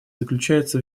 заключается